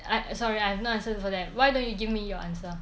I sorry I have no answer for that why don't you give me your answer